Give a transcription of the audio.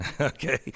Okay